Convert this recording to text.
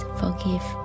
forgive